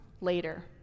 later